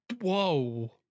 Whoa